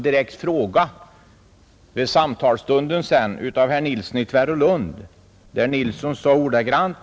Vid samtalsstunden i utskottet ställde herr Nilsson i Tvärålund en direkt fråga.